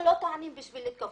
אנחנו לא טוענים כדי לתקוף.